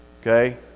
Okay